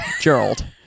Gerald